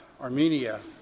Armenia